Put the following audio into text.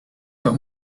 but